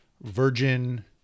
virgin